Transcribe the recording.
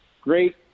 Great